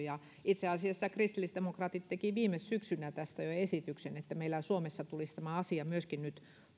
itse asiassa kristillisdemokraatit tekivät viime syksynä jo esityksen tästä että meillä suomessa tulisi tämä asia myöskin nyt